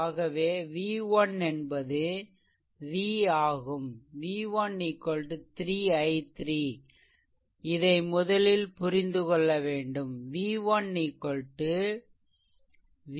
ஆகவே v1 என்பது v ஆகும்v1 3 i3 இதை முதலில் புரிந்துகொள்ளவேண்டும் v1 vx r